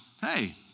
hey